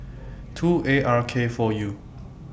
two A R K four U